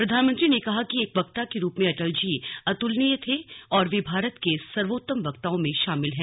प्रधानमंत्री ने कहा कि एक वक्ता के रूप में अटल जी अतुलनीय थे और वह भारत के सर्वोत्तम वक्ताओं में शामिल हैं